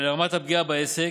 לרמת הפגיעה בעסק,